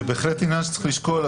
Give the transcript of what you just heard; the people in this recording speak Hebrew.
זה בהחלט עניין שצריך לשקול,